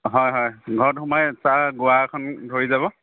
হয় হয় ঘৰত সোমাই চাহ গুৱা এখন ধৰি যাব